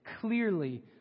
clearly